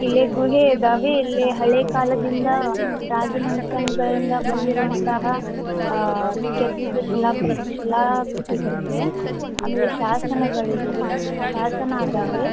ಇಲ್ಲಿ ಗುಹೆ ಇದ್ದಾವೆ ಇಲ್ಲಿ ಹಳೆ ಕಾಲದಿಂದ ರಾಜಮನೆತನಗಳಿಂದ ಬಂದಿರುವಂತಹ ಕೆತ್ತಿದ ಶಿಲಾಕಲ್ ಶಿಲಾಕೃತಿಗಳಿವೆ ಆಮೇಲೆ ಶಾಸನಗಳಿದಿವಿ ಶಾಸನ ಅದಾವೆ